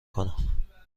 کنم